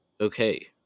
okay